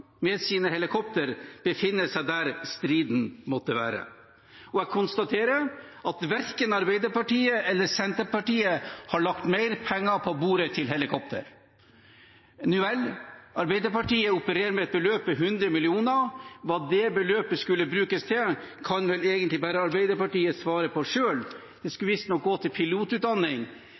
med sine helikoptre befinne seg der striden måtte være. Jeg konstaterer at verken Arbeiderpartiet eller Senterpartiet har lagt mer penger på bordet til helikopter. Nå vel, Arbeiderpartiet opererer med et beløp på 100 mill. kr. Hva det beløpet skulle brukes til, kan vel egentlig bare Arbeiderpartiet svare på selv. Det skulle visstnok gå til pilotutdanning.